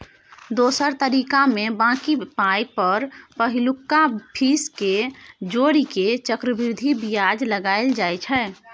दोसर तरीकामे बॉकी पाइ पर पहिलुका फीस केँ जोड़ि केँ चक्रबृद्धि बियाज लगाएल जाइ छै